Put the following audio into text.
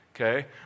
Okay